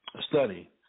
study